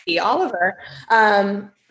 Oliver